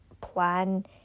plan